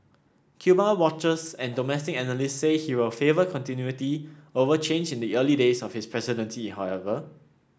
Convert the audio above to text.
Cuba watchers and domestic analysts say he will favour continuity over change in the early days of his presidency however